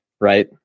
right